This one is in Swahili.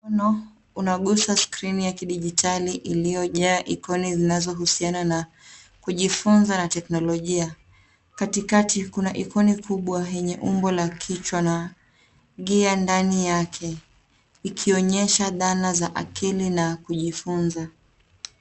Mkono unagusa skrini ya kidijitali iliyojaa ikoni zinazohusiana na kujifunza na teknolojia. Katikati kuna ikoni kubwa yenye umbo la kichwa na gia ndani yake ikionyesha dhana za akili na kujifunza.